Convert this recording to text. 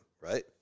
Right